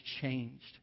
changed